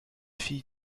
fille